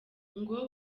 ngo